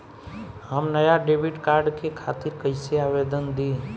हम नया debit card के खातिर कइसे आवेदन दीं?